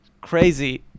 crazy